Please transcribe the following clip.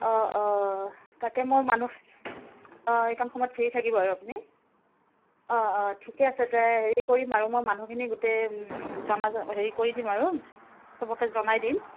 অঁ অঁ তাকে মই মানুহ অঁ এইকণ সময়ত ফ্ৰী থাকিব আপুনি অঁ অঁ ঠিকে আছে তে হেৰি কৰিম আৰু মই মানুহখিনি গোটেই জনা হেৰি কৰি দিম আৰু চবকে জনাই দিম